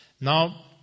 now